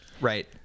Right